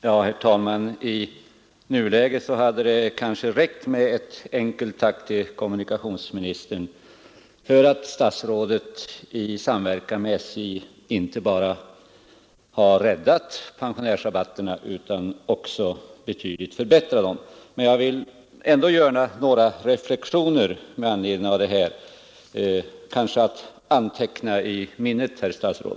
Herr talman! I nuläget hade det kanske räckt med ett enkelt tack till kommunikationsministern för att statsrådet i samverkan med SJ inte bara har räddat pensionärsrabatterna utan också betydligt förbättrat dem. Men jag vill ändå göra några reflexioner med anledning av detta, kanske att anteckna i minnet, herr statsråd.